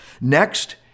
Next